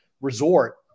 resort